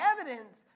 evidence